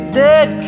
dead